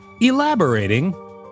Elaborating